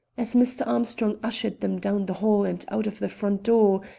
as mr. armstrong ushered them down the hall and out of the front door,